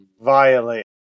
violate